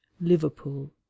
liverpool